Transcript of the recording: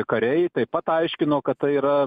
kariai taip pat aiškino kad tai yra